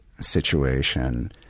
situation